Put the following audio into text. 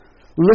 Listen